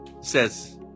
says